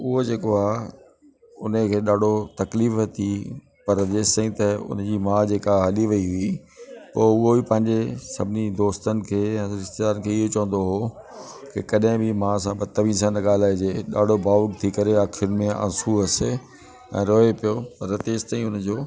त उहो जेको आहे उन खे ॾाढो तकलीफ़ थी पर जेसि ताईं त उन जी माउ जेका हली वई हुई पोइ उहो ई पंहिंजे सभिनी दोस्तनि खे या रिश्तेदार खे इहो चवंदो हुओ कॾहिं बि माउ सां बतमिज़ी सां न ॻाल्हाइजे ॾाढो भावुक थी करे अख़ियुनि में आसूं अचे ऐं रोए पियो पर तेसि ताईं हुन जो